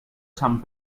sant